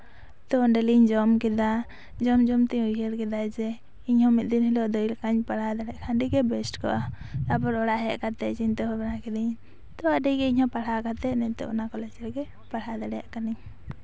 ᱛᱚ ᱚᱸᱰᱮᱞᱤᱧ ᱡᱚᱢ ᱠᱮᱫᱟ ᱡᱚᱢ ᱡᱚᱢ ᱛᱮᱜᱤᱧ ᱩᱭᱦᱟᱹᱨ ᱠᱮᱫᱟ ᱡᱮ ᱤᱧᱦᱚᱸ ᱢᱤᱫ ᱫᱤᱱ ᱦᱤᱞᱳᱜ ᱫᱟᱹᱭ ᱞᱮᱠᱟᱧ ᱯᱟᱲᱦᱟᱣ ᱫᱟᱲᱮᱜ ᱠᱷᱟᱡ ᱟᱹᱰᱤᱜᱮ ᱵᱮᱥ ᱠᱚᱜᱼᱟ ᱛᱟᱨᱯᱚᱨᱮ ᱚᱲᱟᱜ ᱦᱮᱡ ᱠᱟᱛᱮ ᱪᱤᱱᱛᱟᱹ ᱵᱷᱟᱵᱱᱟ ᱠᱤᱫᱤᱧ ᱛᱚ ᱟᱹᱰᱤᱜᱮ ᱤᱧᱦᱚᱸ ᱯᱟᱲᱦᱟᱣ ᱠᱟᱛᱮ ᱚᱱᱟ ᱠᱚᱞᱮᱡ ᱨᱮᱜᱮ ᱯᱟᱲᱦᱟᱣ ᱫᱟᱲᱭᱟᱜ ᱠᱟᱱᱤᱧ